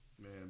Man